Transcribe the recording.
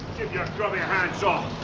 your grubby hands off!